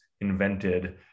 invented